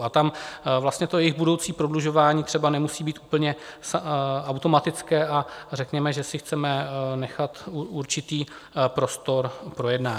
A tam vlastně to jejich budoucí prodlužování třeba nemusí být úplně automatické a řekněme, že si chceme nechat určitý prostor k projednání.